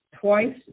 twice